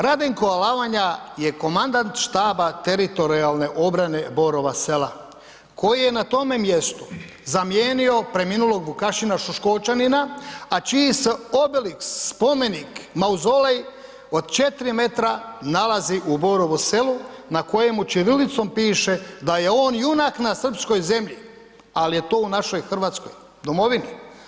Radenko Alavanja je komandant Štaba teritorijalne obrane Borova Sela koji je tome mjestu zamijenio preminulog Vukašina Šuškočanina, a čiji se obelisk, spomenik, mauzolej od 4 m nalazi u Borovu Selu, na kojemu ćirilicom piše da je on junak na srpskoj zemlji, ali je to u našoj Hrvatskoj, domovini.